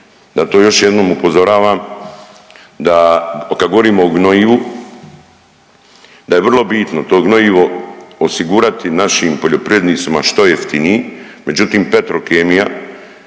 Zato još jednom upozoravam da kad govorimo o gnojivu da je vrlo bitno to gnojivo osigurati našim poljoprivrednicima što jeftiniji, međutim, Petrokemija